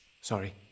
Sorry